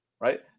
right